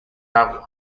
agua